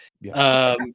Yes